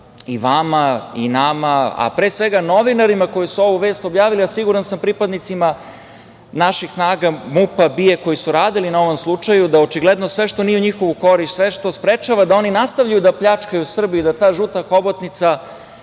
i vama i nama, a pre svega novinarima koji su ovu vest objavili, a siguran sam pripadnicima naših snaga MUP-a, BIA koji su radili na ovom slučaju? Očigledno da sve što nije u njihovu korist, sve što sprečava da oni nastavljaju da pljačkaju Srbiju i da ta žuta hobotnica,